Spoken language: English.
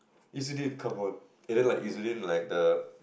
come on and then like like the